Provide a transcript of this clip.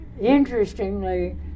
interestingly